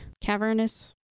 cavernous